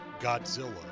Godzilla